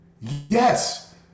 Yes